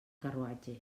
carruatge